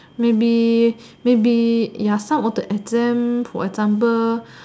maybe maybe ya of the exam for example